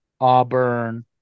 Auburn